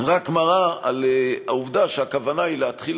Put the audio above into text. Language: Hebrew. רק מלמדת על העובדה שהכוונה היא להתחיל